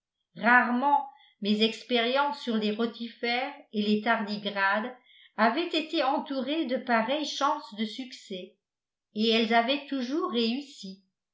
rarement mes expériences sur les rotifères et les tardigrades avaient été entourées de pareilles chances de succès et elles avaient toujours réussi